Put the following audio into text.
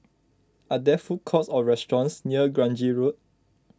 are there food courts or restaurants near Grange Road